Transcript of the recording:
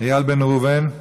איל בן ראובן,